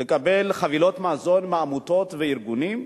לקבל חבילות מזון מעמותות וארגונים.